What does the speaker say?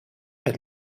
per